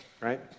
right